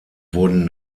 wurden